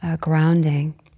grounding